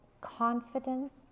confidence